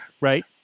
Right